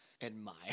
admire